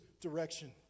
direction